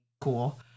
cool